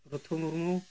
ᱯᱚᱛᱷᱩ Murmu